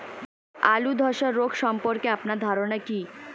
আলু ধ্বসা রোগ সম্পর্কে আপনার ধারনা কী?